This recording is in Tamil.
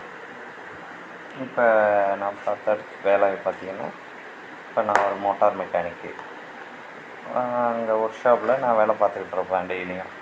இப்போ நான் பார்க்கற வேலை பார்த்தீங்கன்னா இப்போ நான் ஒரு மோட்டர் மெக்கானிக்கு அங்க ஒர்க்ஷாப்பில் நான் வேலை பார்த்துக்கிட்டுருப்பேன் டெய்லியும்